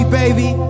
baby